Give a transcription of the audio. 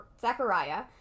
Zachariah